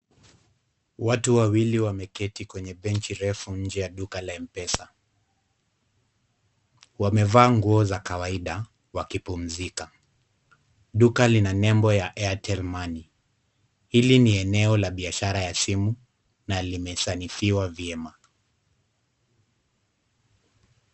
Watu wawili wameketi kwenye benchi refu inje ya duka la Mpesa . Wamevaa nguo za kawaida wakipumzika. Duka lina nembo ya Airtel Money . Hili ni eneo la biashara ya simu na limesanifiwa vyema.